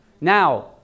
Now